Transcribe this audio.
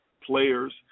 players